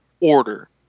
order